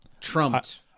trumped